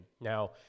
Now